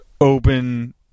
open